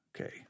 Okay